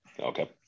Okay